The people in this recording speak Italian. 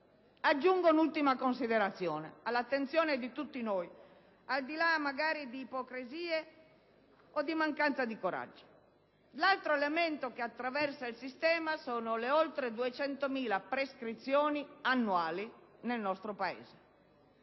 Aggiungo un'ultima considerazione, che sottopongo all'attenzione di tutti noi, al di là di ipocrisie o di mancanza di coraggio: l'altro elemento che attraversa il sistema sono le oltre 200.000 prescrizioni annuali nel nostro Paese.